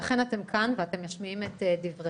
לכן אתם כאן ואתם משמיעים את דבריכם.